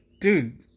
dude